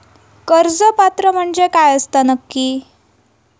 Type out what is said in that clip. कर्ज पात्र म्हणजे काय असता नक्की?